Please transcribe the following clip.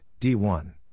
D1